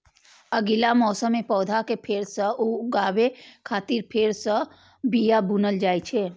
अगिला मौसम मे पौधा कें फेर सं उगाबै खातिर फेर सं बिया बुनल जाइ छै